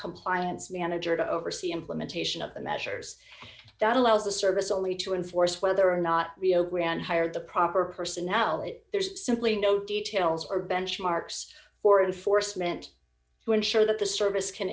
compliance manager to oversee implementation of the measures that allows the service only to enforce whether or not rio grande hired the proper personality there's simply no details or benchmarks for enforcement to ensure that the service can